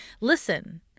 listen